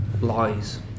lies